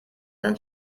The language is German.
sind